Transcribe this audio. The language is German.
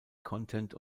content